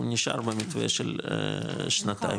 נשאר במתווה של שנתיים.